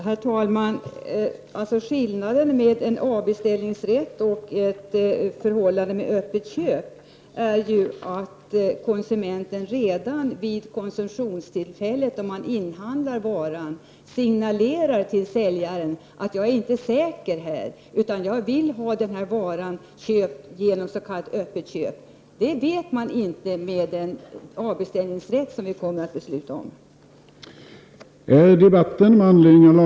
Herr talman! Skillnaden mellan avbeställningsrätt och rätt till öppet köp är att konsumenten i det senare fallet redan vid inköpstillfället signalerar till säljaren att han inte är säker utan vill ta varan på öppet köp. Det vet säljaren däremot inte när den avbeställningsrätt som riksdagen i dag kommer att besluta om har trätt i kraft.